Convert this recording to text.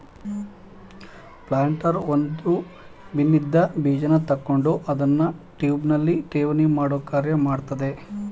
planter ಒಂದು ಬಿನ್ನಿನ್ದ ಬೀಜನ ತಕೊಂಡು ಅದ್ನ ಟ್ಯೂಬ್ನಲ್ಲಿ ಠೇವಣಿಮಾಡೋ ಕಾರ್ಯ ಮಾಡ್ತದೆ